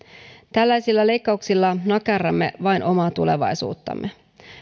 tällaisilla leikkauksilla nakerramme vain omaa tulevaisuuttamme